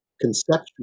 conceptual